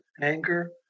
anger